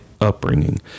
upbringing